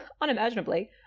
unimaginably